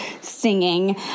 singing